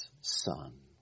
son